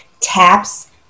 taps